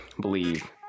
believe